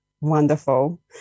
wonderful